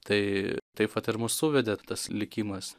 tai taip vat ir mus suvedė tas likimas